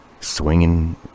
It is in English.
swinging